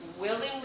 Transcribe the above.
willingly